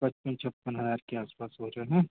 पचपन छप्पन हज़ार के आस पास होगा ना